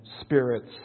spirits